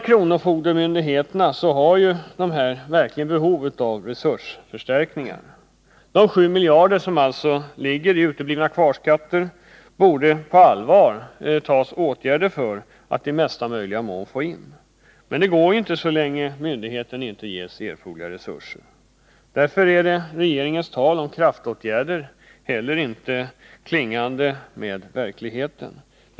Kronofogdemyndigheterna har verkligen behov av resursförstärkningar. De borde på allvar vidta åtgärder för att i mesta möjliga mån få in de sju miljarder som ligger i uteblivna kvarskatter. Men detta går inte så länge som dessa myndigheter inte ges tillräckliga resurser. Därför står regeringens tal om kraftåtgärder inte i samklang med verkligheten.